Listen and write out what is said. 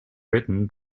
written